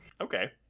Okay